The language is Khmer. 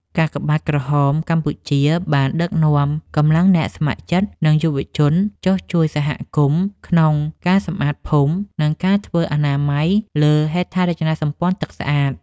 កាកបាទក្រហមកម្ពុជាបានដឹកនាំកម្លាំងអ្នកស្ម័គ្រចិត្ត និងយុវជនចុះជួយសហគមន៍ក្នុងការសម្អាតភូមិ និងការធ្វើអនាម័យលើហេដ្ឋារចនាសម្ព័ន្ធទឹកស្អាត។